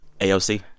AOC